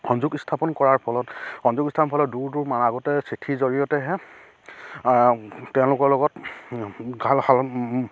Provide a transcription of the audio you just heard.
সংযোগ স্থাপন কৰাৰ ফলত সংযোগ স্থাপন ফলত দূৰ দূৰৰ মানুহে আগতে চিঠিৰ জৰিয়তেহে তেওঁলোকৰ লগত